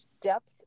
depth